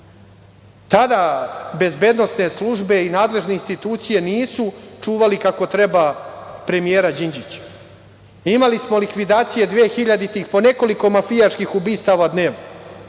Tada bezbednosne službe i nadležne institucije nisu čuvali kako treba premijera Đinđića. Imali smo likvidacije 2000-ih, po nekoliko mafijaških ubistava dnevno.